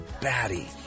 batty